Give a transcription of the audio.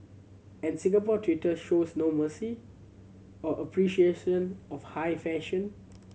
and Singapore Twitter shows no mercy or appreciation of high fashion